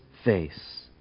face